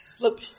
Look